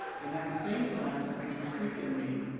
and at the same time there's a streak in me